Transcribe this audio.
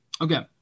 Okay